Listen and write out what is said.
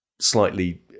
slightly